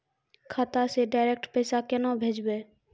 खाता से डायरेक्ट पैसा केना भेजबै?